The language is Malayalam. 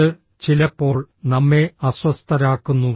ഇത് ചിലപ്പോൾ നമ്മെ അസ്വസ്ഥരാക്കുന്നു